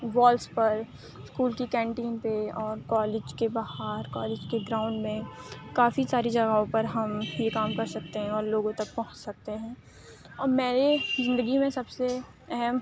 walls پر school کی canteen پہ اور کالج کے باہر کالج کے گراؤنڈ میں کافی ساری جگہوں پر ہم یہ کام کر سکتے ہیں اور لوگوں تک پہنچ سکتے ہیں اور میری زندگی میں سب سے اہم